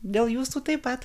dėl jūsų taip pat